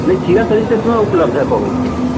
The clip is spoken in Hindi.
नहीं खीरा सही से उपलब्ध है बहुत है इस समय